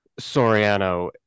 Soriano